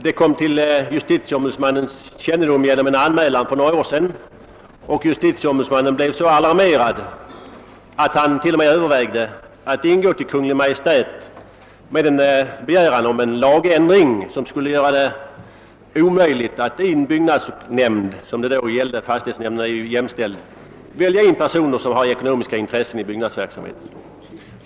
Det kom till justitieombudsmannens speciella kännedom genom en anmälan för något år sedan, och JO blev då så alarmerad att han t.o.m. övervägde att ingå till Kungl. Maj:t med begäran om en lagändring, som skulle omöjliggöra att man i byggnadsnämnd — som det gällde den gången, men fastighetsnämnd är jämställd i detta fall — valde in personer som har ekonomiska intressen i byggnadsverksamheten.